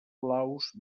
blaus